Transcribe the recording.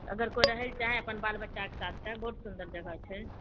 अगर कोइ रहए चाहे अपन बाल बच्चाके साथ तऽ बहुत सुन्दर जगह छै